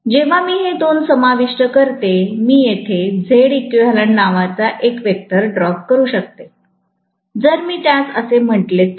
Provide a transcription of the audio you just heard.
जेव्हा मी हे दोन समाविष्ट करते मी येथे Zeq नावाचा एक वेक्टर ड्रॉप करू शकतो जर मी त्यास असे म्हटले तर